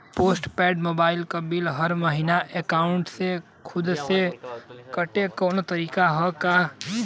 Post paid mobile क bill हर महिना एकाउंट से खुद से कटे क कौनो तरीका ह का?